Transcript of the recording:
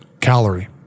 calorie